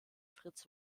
fritz